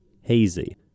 hazy